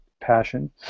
passion